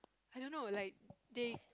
I don't like they